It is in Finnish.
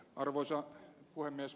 arvoisa puhemies